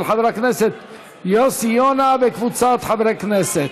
של חבר הכנסת יוסי יונה וקבוצת חברי הכנסת.